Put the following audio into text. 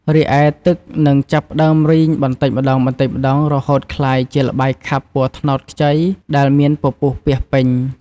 រីឯ ទឹកនឹងចាប់ផ្តើមរីងបន្តិចម្តងៗ រហូតក្លាយជាល្បាយខាប់ពណ៌ត្នោតខ្ចីដែលមានពពុះពាសពេញ។